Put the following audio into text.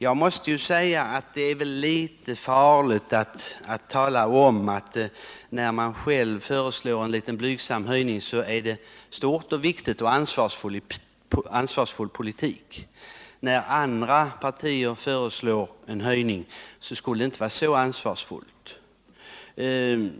Jag måste säga att det är litet farligt att påstå, att när man själv föreslår en blygsam höjning är det någonting stort och viktigt och ansvarsfull politik, medan sdet inte skulle vara så ansvarsfullt när andra partier föreslår en höjning.